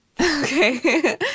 Okay